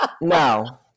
No